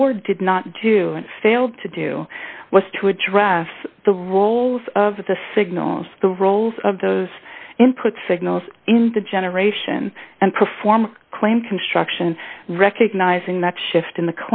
board did not do and failed to do was to address the roles of the signals the roles of those input signals in the generation and perform claim construction recognizing that shift in the